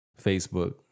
Facebook